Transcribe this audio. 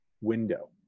window